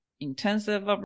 intensive